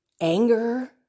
anger